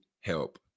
help